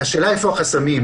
השאלה איפה החסמים.